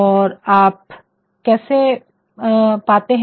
और आप कैसे पाते है